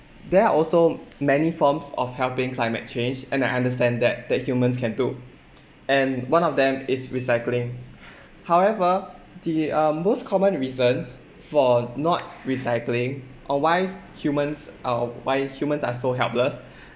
there are also many forms of helping climate change and I understand that that humans can do and one of them is recycling however the uh most common reason for not recycling or why humans uh why humans are so helpless